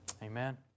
Amen